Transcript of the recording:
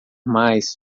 mais